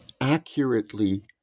accurately